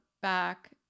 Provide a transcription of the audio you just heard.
back